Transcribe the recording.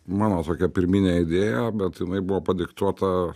mano tokia pirminė idėja bet jinai buvo padiktuota